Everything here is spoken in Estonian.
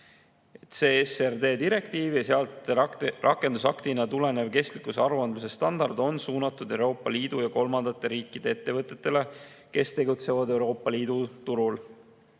CSRD direktiiv ja sealt rakendusaktina tulenev kestlikkuse aruandluse standard on suunatud Euroopa Liidu ja kolmandate riikide ettevõtetele, kes tegutsevad Euroopa Liidu turul.